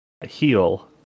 heal